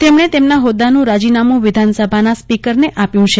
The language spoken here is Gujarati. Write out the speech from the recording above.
તેમણે તેમના હોદ્દાનું રાજીનામું વિધાનસભાના સ્પીકરને આપ્યું છે